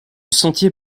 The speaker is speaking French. sentier